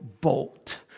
bolt